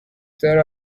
there